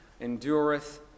endureth